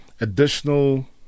additional